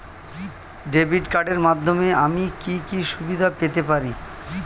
Debit কার্ডের মাধ্যমে আমি কি কি সুবিধা পেতে পারি?